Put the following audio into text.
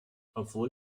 obwohl